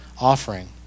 offering